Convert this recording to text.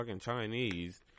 Chinese